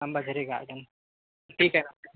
Ambazari garden ठीक आहे ना